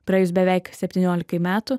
praėjus beveik septyniolikai metų